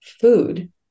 food